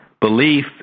belief